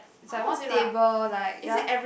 it's like one table like there are